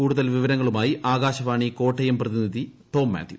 കൂടുതൽ വിവരങ്ങളുമായി ആകാശവാണി കോട്ടയം പ്രതിനിധി ടോം മാത്യു